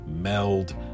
meld